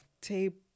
tape